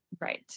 Right